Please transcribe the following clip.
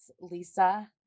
Lisa